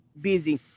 busy